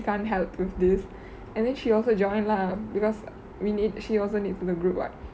can't help with this and then she also join lah because we need she was need the group what